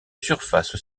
surface